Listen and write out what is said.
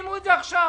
שימו את זה עכשיו.